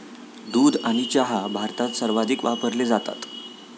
दूध आणि चहा भारतात सर्वाधिक वापरले जातात